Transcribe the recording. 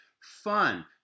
fun